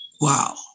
wow